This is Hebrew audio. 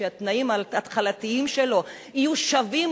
שהתנאים ההתחלתיים שלו יהיו שווים,